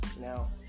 Now